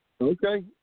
Okay